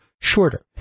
Shorter